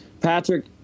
Patrick